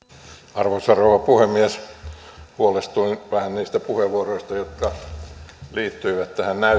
arvoisa rouva puhemies huolestuin vähän niistä puheenvuoroista jotka liittyivät tähän näyttöön